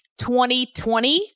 2020